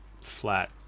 flat